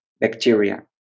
bacteria